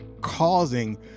causing